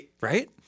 right